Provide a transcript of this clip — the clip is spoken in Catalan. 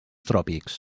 tròpics